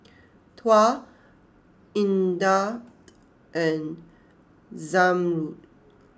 Tuah Indah and Zamrud